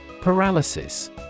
Paralysis